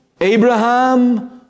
Abraham